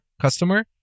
customer